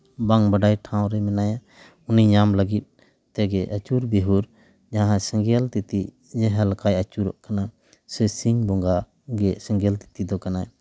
ᱵᱟᱝ ᱵᱟᱰᱟᱭ ᱴᱷᱟᱶ ᱨᱮ ᱢᱮᱱᱟᱭᱟ ᱩᱱᱤ ᱧᱟᱢ ᱞᱟᱹᱜᱤᱫ ᱛᱮᱜᱮ ᱟᱹᱪᱩᱨ ᱵᱤᱦᱩᱨ ᱡᱟᱦᱟᱸ ᱥᱮᱸᱜᱮᱞ ᱛᱤᱛᱤ ᱡᱟᱦᱟᱸ ᱞᱮᱠᱟᱭ ᱟᱹᱪᱩᱨᱚᱜ ᱠᱟᱱᱟ ᱥᱮ ᱥᱤᱧ ᱵᱚᱸᱜᱟ ᱜᱮ ᱥᱮᱸᱜᱮᱞ ᱛᱤᱛᱤ ᱫᱚ ᱠᱟᱱᱟᱭ